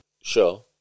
sure